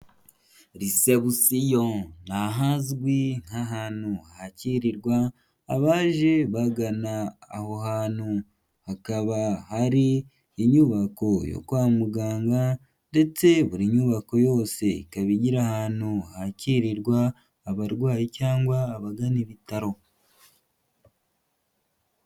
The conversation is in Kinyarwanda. Resebusiyo ni ahazwi nk'ahantu hakirirwa abaje bagana aho hantu, hakaba hari inyubako yo kwa muganga ndetse buri nyubako yose ikaba igira ahantu hakirirwa abarwayi cyangwa abagana ibitaro.